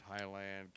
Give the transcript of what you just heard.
Thailand